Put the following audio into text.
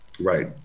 Right